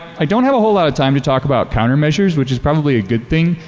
i don't have a whole lot of time to talk about counter measures which is probably a good thing,